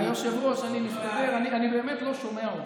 היושב-ראש, אני מסתדר, אני באמת לא שומע אותו.